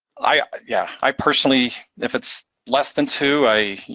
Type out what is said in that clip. i, yeah, i personally, if it's less than two, i, you